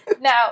now